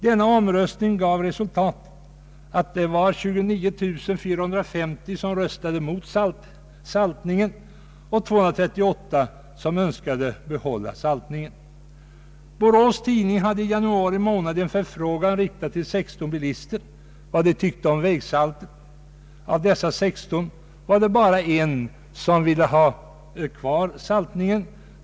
Denna omröstning gav resultatet att 29450 röstade mot saltningen och 238 önskade behålla den. Borås Tidning riktade i januari en förfrågan till 16 bilister som gällde vad de tyckte om vägsaltet. Av dessa 16 var det bara en som ville ha det kvar.